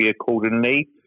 accordingly